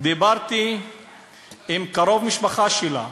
דיברתי עם קרוב משפחה שלה,